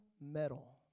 metal